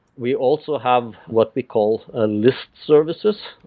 we also have what we call a list services.